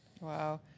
Wow